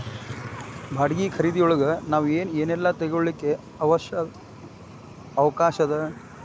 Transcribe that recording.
ಬಾಡ್ಗಿ ಖರಿದಿಯೊಳಗ್ ನಾವ್ ಏನ್ ಏನೇಲ್ಲಾ ತಗೊಳಿಕ್ಕೆ ಅವ್ಕಾಷದ?